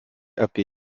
apie